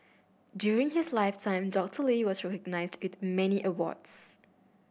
during his lifetime Doctor Lee was recognised with many awards